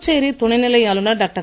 புதுச்சேரி துணைநிலை ஆளுனர் டாக்டர்